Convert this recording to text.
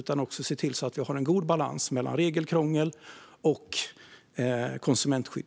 Vi måste se till att vi har en god balans mellan regelkrångel och konsumentskydd.